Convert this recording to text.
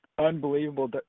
Unbelievable